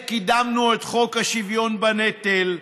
קידמנו את חוק השוויון בנטל,